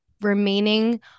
remaining